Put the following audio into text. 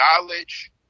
knowledge